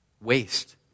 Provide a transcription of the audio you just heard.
waste